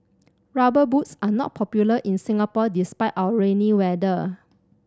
Rubber Boots are not popular in Singapore despite our rainy weather